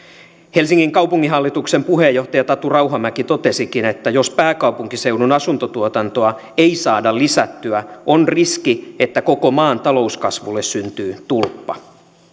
helsingin kaupunginhallituksen puheenjohtaja tatu rauhamäki totesikin että jos pääkaupunkiseudun asuntotuotantoa ei saada lisättyä on riski että koko maan talouskasvulle syntyy tulppa